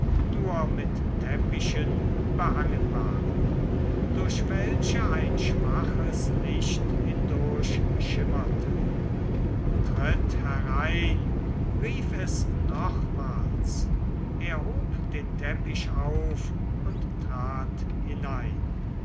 nur mit teppichen behangen waren durch welche ein schwaches licht hindurchschimmerte tritt herein rief es nochmals er hob den teppich auf und trat hinein